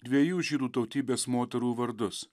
dviejų žydų tautybės moterų vardus